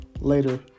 later